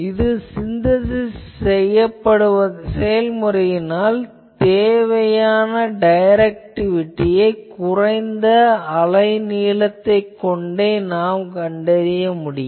இந்த சின்தசிஸ் செயல்முறையினால் நாம் தேவையான டைரக்டிவிட்டியை குறைந்த அரே நீளத்தைக் கொண்டே அடைய முடியும்